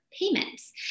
payments